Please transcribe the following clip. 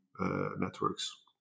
networks